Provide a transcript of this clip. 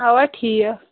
اَوا ٹھیٖک